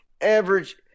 average